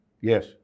yes